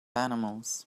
animals